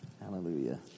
hallelujah